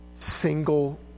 Single